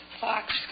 fox